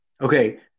Okay